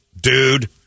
dude